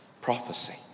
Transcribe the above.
Prophecy